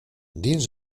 dins